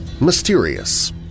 mysterious